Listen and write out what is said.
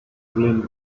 dublin